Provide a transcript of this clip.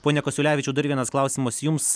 pone kasiulevičiau dar vienas klausimas jums